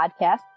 Podcast